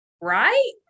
right